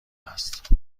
است